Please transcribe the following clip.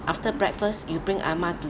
after breakfast you bring ah ma to